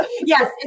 Yes